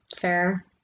Fair